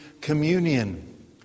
communion